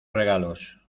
regalos